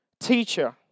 Teacher